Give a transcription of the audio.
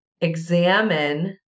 examine